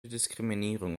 diskriminierung